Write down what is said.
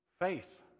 faith